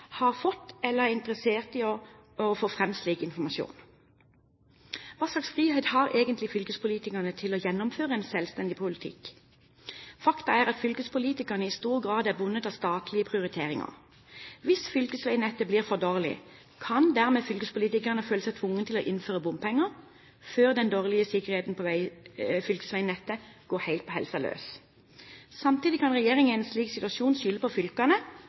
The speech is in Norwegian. har fått eller er interessert i å få fram slik informasjon. Hva slags frihet har egentlig fylkespolitikerne til å gjennomføre en selvstendig politikk? Faktum er at fylkespolitikerne i stor grad er bundet av statlige prioriteringer. Hvis fylkesveinettet blir for dårlig, kan dermed fylkespolitikerne føle seg tvunget til å innføre bompenger før den dårlige sikkerheten på fylkesveinettet går helt på helsen løs. Samtidig kan regjeringen i en slik situasjon skylde på fylkene